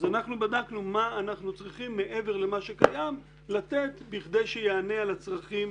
אנחנו בדקנו מה אנחנו צריכים לתת מעבר למה שקיים כדי שיענה על הצרכים,